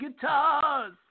guitars